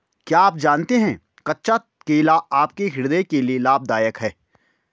क्या आप जानते है कच्चा केला आपके हृदय के लिए लाभदायक है?